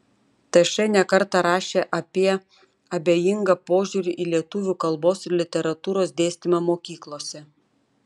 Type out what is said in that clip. tš ne kartą rašė apie abejingą požiūrį į lietuvių kalbos ir literatūros dėstymą mokyklose